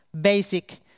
basic